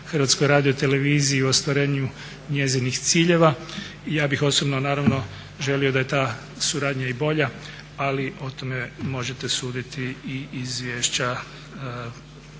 Hrvatskoj radioteleviziji u ostvarenju njezinih ciljeva. I ja bih osobno naravno želio da je ta suradnja i bolja, ali o tome možete suditi i iz izvješća